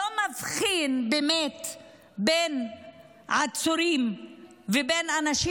לא מבחין באמת בין עצורים ובין אנשים